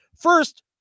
First